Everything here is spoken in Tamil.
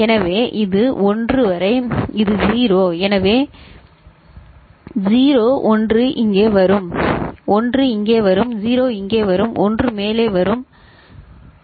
எனவே இது 1 வரை இது 0 0 எனவே 1 இங்கே வரும் 1 இங்கே வரும் 0 இங்கே வரும் 1 மேலே வரும் அது சரி